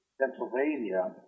Pennsylvania